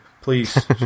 please